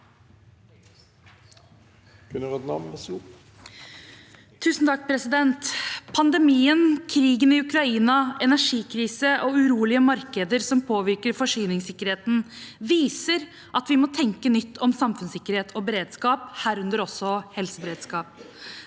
(A) Pandemien, krigen i Ukraina, energikrise og urolige markeder som påvirker forsyningssikkerheten, viser at vi må tenke nytt om samfunnssikkerhet og beredskap, herunder også helseberedskap.